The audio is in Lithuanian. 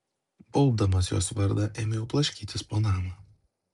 baubdamas jos vardą ėmiau blaškytis po namą